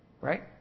Right